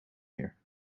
here